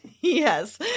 Yes